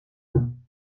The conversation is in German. kann